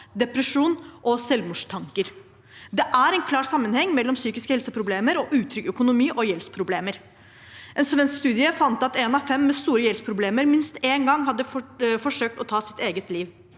depresjon og selvmordstanker. Det er en klar sammenheng mellom psykiske helseproblemer og utrygg økonomi og gjeldsproblemer. En svensk studie fant at en av fem med store gjeldsproblemer minst én gang hadde forsøkt å ta sitt eget liv.